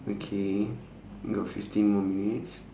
okay we got fifteen more minutes